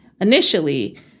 initially